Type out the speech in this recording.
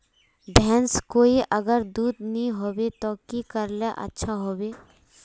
भैंस कोई अगर दूध नि होबे तो की करले ले अच्छा होवे?